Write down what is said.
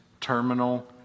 terminal